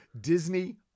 Disney